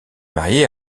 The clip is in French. mariée